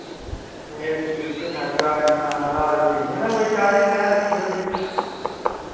में दिक्खियै सनागा इन्ना हारा बिकी जाना चाली पंजाह् लक्खें धोड़ी